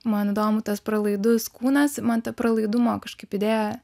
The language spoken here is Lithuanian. man įdomu tas pralaidus kūnas man ta pralaidumo kažkaip idėja